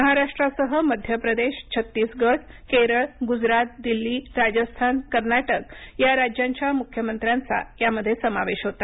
महाराष्ट्रासह मध्य प्रदेश छत्तीसगड केरळ गुजरात दिल्ली राजस्थान कर्नाटक या राज्यांच्या मुख्यमंत्र्यांचा यामध्ये समावेश होता